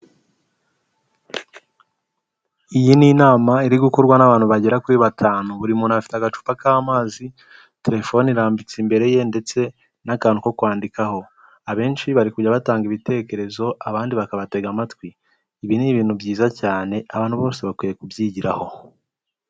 Iyi ni inama iri gukorwa n'abantu bagera kuri batanu, buri muntu afite agacupa k'amazi, telefone irambitse imbere ye, ndetse n'akantu ko kwandikaho abenshi bari kujya batanga ibitekerezo abandi bakabatega amatwi ibi ni ibintu byiza cyane abantu bose bakwiye kubyigiraho.